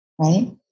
right